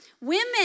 women